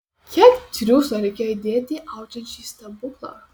kiek triūso reikėjo įdėti audžiant šį stebuklą